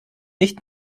nicht